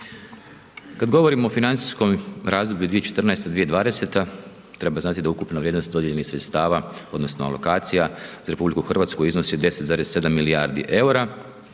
Kad govorimo o financijskom razdoblju 2014.-2020., treba znati da ukupna vrijednost dodijeljenih sredstava odnosno alokacija za RH iznosi 10,7 milijardi EUR-a,